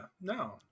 no